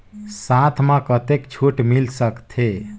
साथ म कतेक छूट मिल सकथे?